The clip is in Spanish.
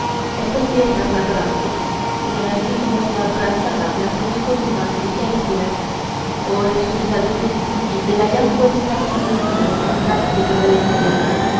estas piernas abrazo bien así como si abrazara las dos colunas de hércules oh resucitador insigne de la ya puesta en olvido andante caballería